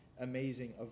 amazing